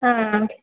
ആ